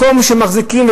מקום שמחזיקים,